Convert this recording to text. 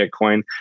Bitcoin